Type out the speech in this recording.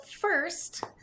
first